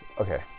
okay